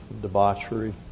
debauchery